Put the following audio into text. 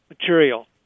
material